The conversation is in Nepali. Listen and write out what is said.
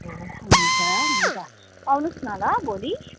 ए हुन्छ हुन्छ आउनुहोस् न ल भोलि